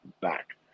back